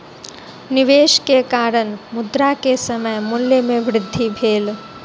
निवेश के कारण, मुद्रा के समय मूल्य में वृद्धि भेल